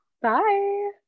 bye